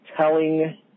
telling